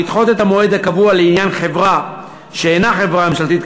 מוצע לדחות את המועד הקבוע לעניין חברה שאינה חברה ממשלתית,